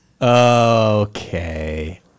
Okay